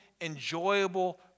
enjoyable